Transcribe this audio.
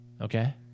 Okay